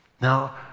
Now